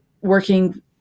working